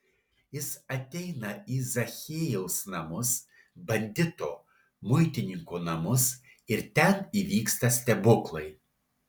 jis ateina į zachiejaus namus bandito muitininko namus ir ten įvyksta stebuklai